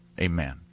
Amen